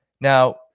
Now